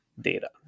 data